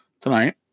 Tonight